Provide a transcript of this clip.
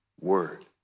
word